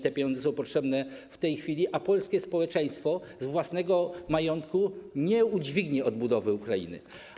Te pieniądze są im potrzebne w tej chwili, a polskie społeczeństwo z własnego majątku nie udźwignie odbudowy Ukrainy.